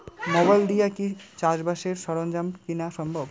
Mobile দিয়া কি চাষবাসের সরঞ্জাম কিনা সম্ভব?